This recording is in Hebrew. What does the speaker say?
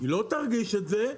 לא תרגיש את זה,